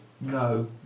No